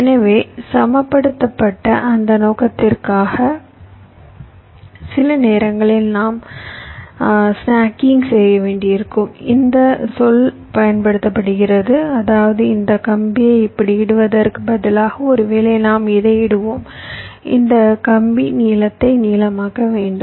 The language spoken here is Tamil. எனவே சமப்படுத்த அந்த நோக்கத்திற்காக சில நேரங்களில் நாம் ஸ்னக்கிங் செய்ய வேண்டியிருக்கும் இந்த சொல் பயன்படுத்தப்படுகிறது அதாவது இந்த கம்பியை இப்படி இடுவதற்கு பதிலாக ஒருவேளை நாம் இதை இடுவோம் இந்த கம்பி நீளத்தை நீளமாக்க வேண்டும்